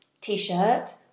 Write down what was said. T-shirt